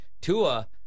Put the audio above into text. Tua